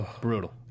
Brutal